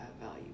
value